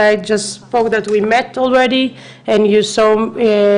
בגלל שדיברנו בעבר, אז בבקשה.